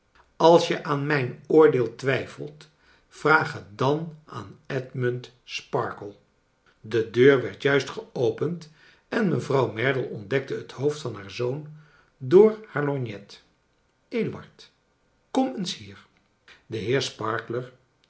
als je aan mijn oordeel twijfelt vraag het dan aan edmund sparkler de deur werd juist geopend en metouw merdle ontdekte het hoofd van haar zoon door haar lorgnet eduard kom eens hier de heer sparkler